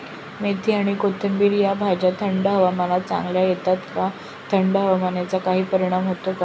मेथी आणि कोथिंबिर या भाज्या थंड हवामानात चांगल्या येतात का? थंड हवेचा काही परिणाम होतो का?